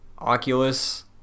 Oculus